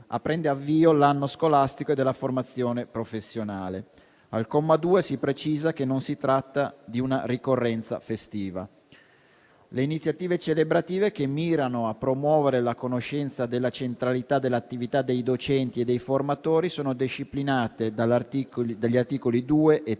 prende avvio l'anno scolastico e della formazione professionale. Al comma 2 si precisa che non si tratta di una ricorrenza festiva. Le iniziative celebrative che mirano a promuovere la conoscenza della centralità dell'attività dei docenti e dei formatori sono disciplinate dagli articoli 2 e